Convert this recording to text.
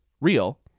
real